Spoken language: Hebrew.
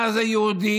מה זה יהודי,